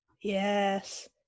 Yes